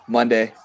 Monday